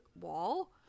wall